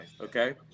okay